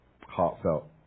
heartfelt